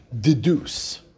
deduce